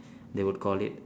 they would call it